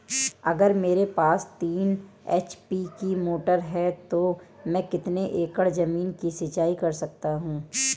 अगर मेरे पास तीन एच.पी की मोटर है तो मैं कितने एकड़ ज़मीन की सिंचाई कर सकता हूँ?